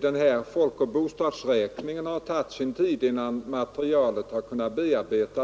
Det har tagit sin tid att bearbeta materialet från folkoch bostadsräkningen,